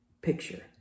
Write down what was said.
picture